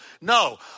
No